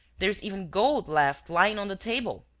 there is even gold left lying on the table.